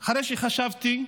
אחרי שחשבתי,